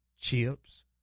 chips